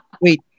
Wait